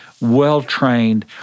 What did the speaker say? well-trained